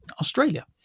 Australia